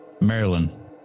Maryland